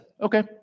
Okay